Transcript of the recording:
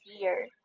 year